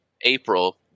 April –